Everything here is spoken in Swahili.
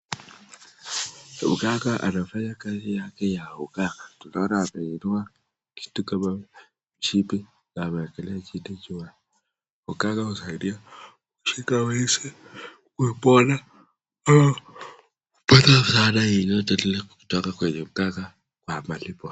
Mganga anafanya kazi yake ya uganga, tunaona amainua kitu kama mshipi na ameekelea chini juu yake, mganga husadia kushika wezi , kupona au kupata msaada yeyote inayotoka kwa mganga kwa malipo.